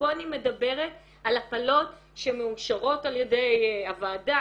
ופה אני מדברת על הפלות שמאושרות על ידי הוועדה,